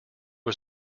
was